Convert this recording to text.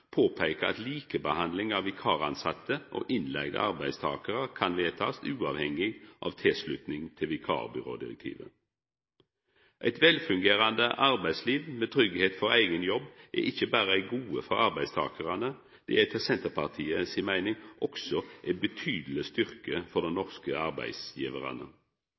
at likebehandling av vikartilsette og innleigde arbeidstakarar kan bli vedteke uavhengig av tilslutning til vikarbyrådirektivet. Eit velfungerande arbeidsliv med tryggleik for eigen jobb er ikkje berre eit gode for arbeidstakarane. Det er etter Senterpartiet si meining også ein betydeleg styrke for dei norske